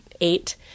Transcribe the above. eight